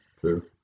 True